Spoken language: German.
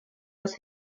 das